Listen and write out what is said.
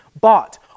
bought